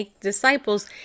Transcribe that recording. disciples